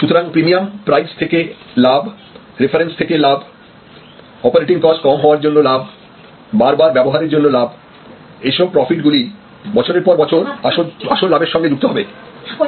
সুতরাং premium price থেকে লাভ রেফারেন্স থেকে লাভ অপারেটিং কষ্ট কম হওয়ার জন্য লাভ বারবার ব্যবহারের জন্য লাভ এইসব প্রফিট গুলি বছরের পর বছর আসল লাভের সঙ্গে যুক্ত হবে